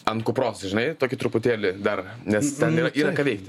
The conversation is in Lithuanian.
ant kupros žinai tokį truputėlį dar nes ten yra yra ką veikti